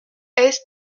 est